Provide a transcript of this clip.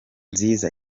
nziza